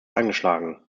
angeschlagen